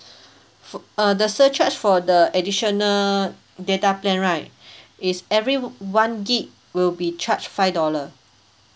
fo~ uh the surcharge for the additional data plan right it's every one gig will be charge five dollar